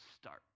start